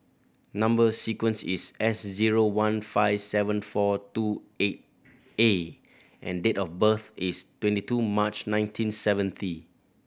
number sequence is S zero one five seven four two eight A and date of birth is twenty two March nineteen seventy